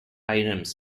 items